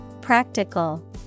Practical